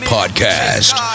Podcast